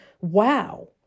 wow